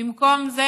במקום זה